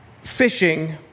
fishing